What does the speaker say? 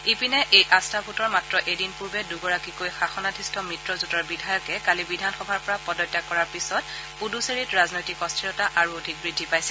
ইপিনে এই আস্থা ভোটৰ মাত্ৰ এদিন পূৰ্বে দুগৰাকীকৈ শাসনাধিষ্ঠ মিত্ৰজোঁটৰ বিধায়কে কালি বিধানসভাৰ পৰা পদত্যাগ কৰাৰ পিছত পুডুচেৰীত ৰাজনৈতিক অস্থিৰতা আৰু অধিক বৃদ্ধি পাইছে